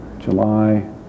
July